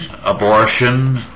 abortion